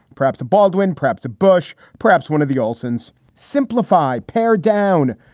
perhaps baldwin perhaps bush, perhaps one of the olsons. simplify pare down.